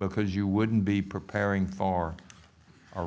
because you wouldn't be preparing for